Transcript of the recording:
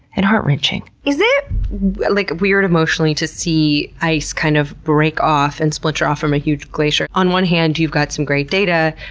and heart-wrenching. is it like weird emotionally to see ice kind of break off and splinter off from a huge glacier? on one hand you've got some great data,